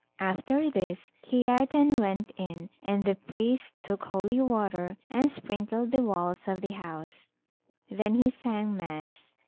after this kiartan went in, and the priest took holy water and sprinkled the walls of the house then he sang mass,